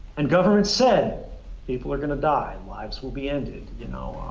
and government said people are going to die, lives will be ended, you know.